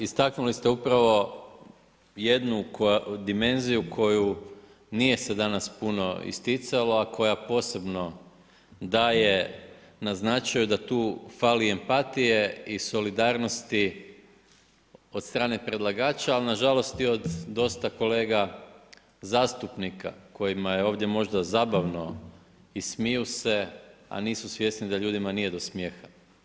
Istaknuli ste upravo jednu dimenziju koju nije se danas puno isticala, a koja posebno daje na značaju da tu fali empatije i solidarnosti od strane predlagače, ali nažalost i od dosta kolega zastupnika, kojima je ovdje možda zabavno i smiju se a nisu svjesni da ljudima nije do smijeha.